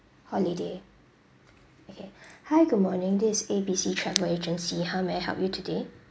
holiday okay hi good morning this A B C travel agency how may I help you today